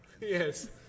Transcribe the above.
Yes